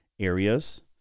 areas